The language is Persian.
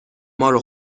مارو